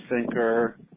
sinker